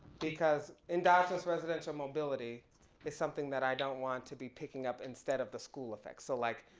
because endogenous residential mobility is something that i don't want to be picking up instead of the school effects. so like,